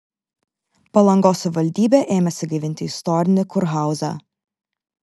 palangos savivaldybė ėmėsi gaivinti istorinį kurhauzą